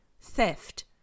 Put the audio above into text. Theft